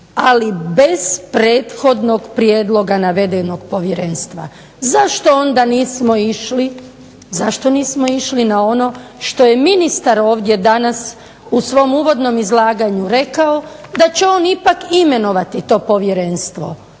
ali bez prethodnog prijedloga navedenog povjerenstva. Zašto onda nismo išli na ono što je ministar ovdje danas u svom uvodnom izlaganju rekao da će on ipak imenovati to povjerenstvo.